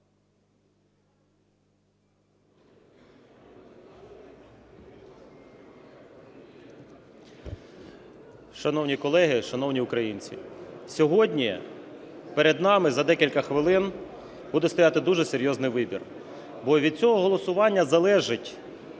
Шановні колеги, шановні українці! Сьогодні перед нами за декілька хвилин буде стояти дуже серйозний вибір, бо від цього голосування залежить,